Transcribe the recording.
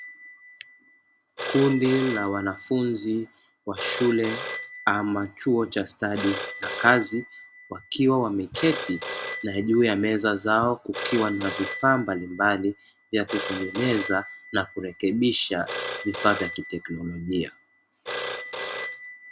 Kundi la wanafunzi wa shule ama chuo cha stadi za kazi wakiwa wameketi na juu ya meza zao kukiwa na vifaa mbalimbali vya kutengeneza na kurekebisha vifaa vya kiteknlojia.